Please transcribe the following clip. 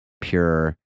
pure